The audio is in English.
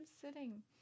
sitting